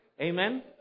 Amen